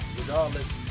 regardless